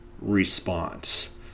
response